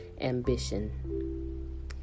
ambition